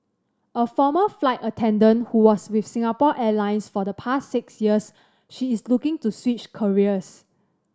a former flight attendant who was with Singapore Airlines for the past six years she is looking to switch careers